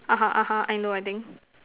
(uh huh) (uh huh) I know I think